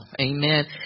Amen